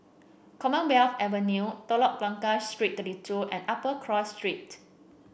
Commonwealth Avenue Telok Blangah Street Thirty two and Upper Cross Street